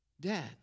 Dad